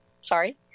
Sorry